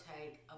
take